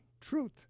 truth